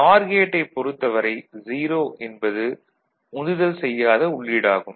நார் கேட்டைப் பொறுத்த வரை 0 என்பது உந்துதல் செய்யாத உள்ளீடாகும்